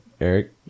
Eric